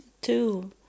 two